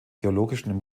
geologischen